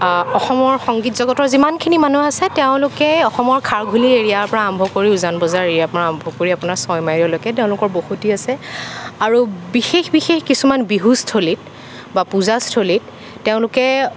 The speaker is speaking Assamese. অসমৰ সংগীত জগতৰ যিমানখিনি মানুহ আছে তেওঁলোকে অসমৰ খাৰঘূলী এৰিয়াৰ পৰা আৰম্ভ কৰি উজানবজাৰ এৰিয়াৰ পৰা আৰম্ভ কৰি আপোনাৰ ছয়মাইললৈকে তেওঁলোকৰ বসতি আছে আৰু বিশেষ বিশেষ কিছুমান বিহুস্থলীত বা পূজাস্থলীত তেওঁলোকে